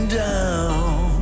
down